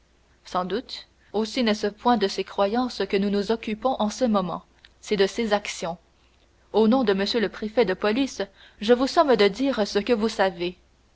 sans doute aussi n'est-ce point de ses croyances que nous nous occupons en ce moment c'est de ses actions au nom de m le préfet de police je vous somme de dire ce que vous savez